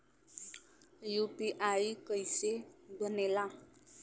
UPI कईसे बनेला?